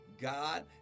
God